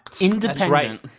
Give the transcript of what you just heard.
Independent